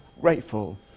grateful